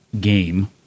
game